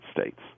States